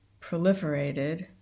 proliferated